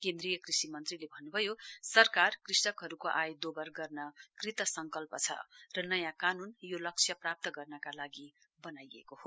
केन्द्रीय कृषि मन्त्रीले भन्नुभयो सरकार कृषकहरूको आय दोबर गर्न कृतसङ्कल्प छ र नयाँ कानुन यो लक्ष्य प्राप्त गर्नका लागि बनाइएको हो